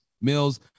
Mills